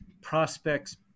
prospects